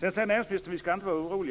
Näringsministern säger att vi inte ska vara oroliga.